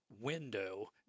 window